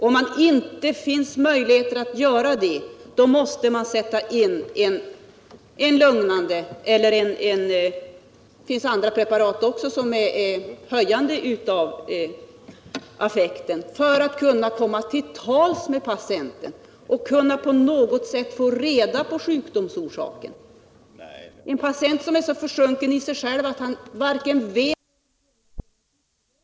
Om detta inte är möjligt, måste man sätta in lugnande preparat eller preparat med höjande verkan, för att kunna komma till tals med patienten och på något sätt få reda på sjukdomsorsaken. Hur skall man kunna tala med en patient som är så försjunken i sig själv att han inte vet vad han heter? Han ser kanske inte mig framför sig utan ett djur eller någonting annat.